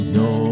no